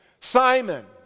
Simon